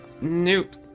Nope